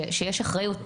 שיש אחריות,